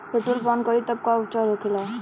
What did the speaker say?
Petrol पान करी तब का उपचार होखेला?